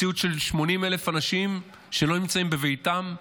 מציאות של 80,000 אנשים שלא נמצאים בביתם,